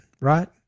right